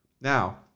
now